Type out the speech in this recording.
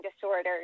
disorders